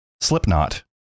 Slipknot